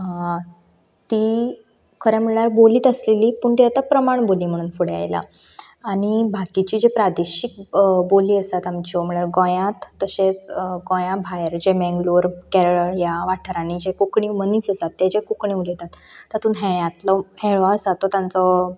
ती खरें म्हणल्यार बोलीच आशिल्ली पूण ती आतां प्रमाण बोली म्हूण आतां फुडें आयल्या आनी बाकीची जी प्रादेशीक बोली आसात आमच्यो म्हणल्यार गोंयांत तशेंच गोंयां भायर जे मँगलोर केरळ ह्या वाठारांनी जे कोंकणी मनीस आसात ते जी कोंकणी उलयतात तातूंत हेळ्यांतलो हेळो आसा तो तांचो